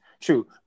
true